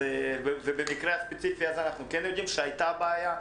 ובמקרה הספציפי הזה אנחנו כן יודעים שהייתה בעיה,